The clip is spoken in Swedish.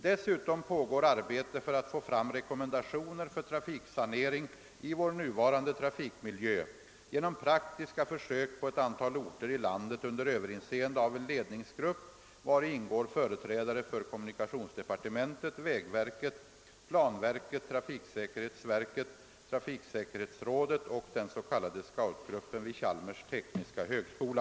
Dessutom pågår arbete för att få fram rekommendationer för trafiksanering i vår nuvarande trafikmiljö genom praktiska försök på ett antal orter i landet under överinseende av en ledningsgrupp, vari ingår företrädare för kommunikationsdepartementet, vägverket, planverket, trafiksäkerhetsverket, trafiksäkerhetsrådet och den s.k. SCAUT-gruppen vid Chalmers tekniska högskola.